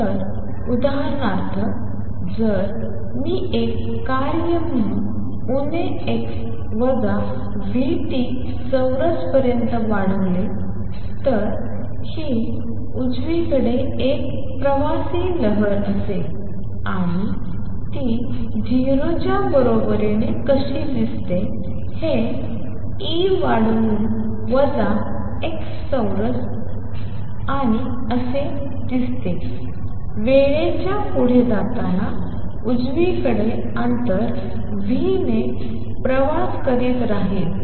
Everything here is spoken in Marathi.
तर उदाहरणार्थ जर मी एक कार्य म्हणून उणे x वजा vt चौरस पर्यंत वाढवले तर ही उजवीकडे एक प्रवासी लहर असेल आणि ती 0 च्या बरोबरीने कशी दिसते हे e वाढवुन वजा x चौरस आणि असे दिसते वेळे च्या पुढे जाताना उजवीकडे अंतर v ने प्रवास करत राहील